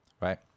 right